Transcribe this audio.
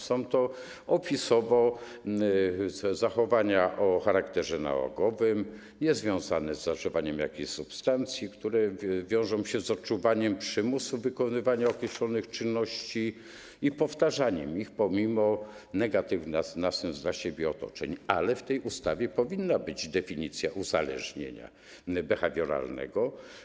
Są to opisowo zachowania o charakterze nałogowym związane z zażywaniem jakiejś substancji, które wiążą się z odczuwaniem przymusu wykonywania określonych czynności i powtarzaniem ich pomimo negatywnego sensu dla siebie i otoczenia, ale w tej ustawie powinna być definicja uzależnienia behawioralnego.